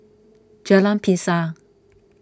Jalan Pisang